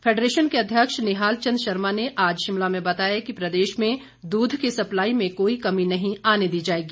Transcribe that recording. federation के अध्यक्ष निहाल चंद शर्मा ने आज शिमला में बताया कि प्रदेश में दूध की सप्लाई में कोई कमी नहीं आने दी जाएगी